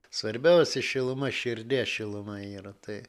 svarbiausi šiluma širdies šiluma yra tai